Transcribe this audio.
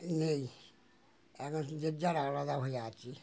নেই এখন যে যার আলাদা হয়ে আছি